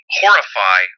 horrify